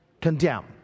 condemn